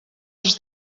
als